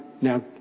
now